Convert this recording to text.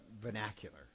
vernacular